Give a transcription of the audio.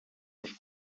les